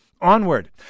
onward